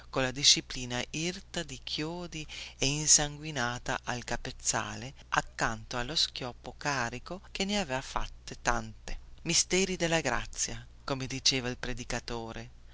letto colla disciplina irta di chiodi e insanguinata al capezzale accanto allo schioppo carico che ne aveva fatte tante misteri della grazia come diceva il predicatore